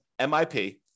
MIP